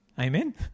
Amen